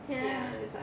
ya